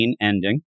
ending